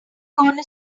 gonna